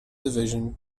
division